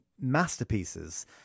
masterpieces